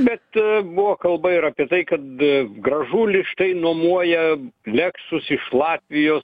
bet buvo kalba ir apie tai kad gražulis štai nuomoja lexus iš latvijos